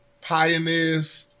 pioneers